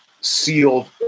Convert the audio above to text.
Sealed